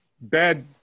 bad